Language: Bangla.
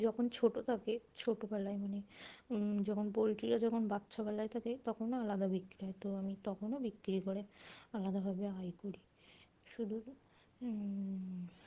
যখন ছোটো থাকে ছোটোবেলায় মানে যখন পোলট্রিরা যখন বাচ্চা বলায় থাকে তখনও আলাদা বিক্রি হয় তো আমি তখনও বিক্রি করে আলাদাভাবে আয় করি শুধু